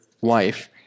wife